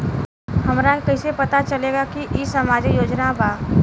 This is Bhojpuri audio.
हमरा के कइसे पता चलेगा की इ सामाजिक योजना बा?